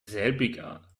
selbiger